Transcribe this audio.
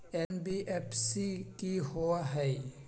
NBFC कि होअ हई?